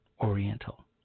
Oriental